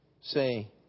say